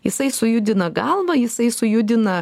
jisai sujudina galvą jisai sujudina